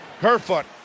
Herfoot